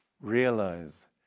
realize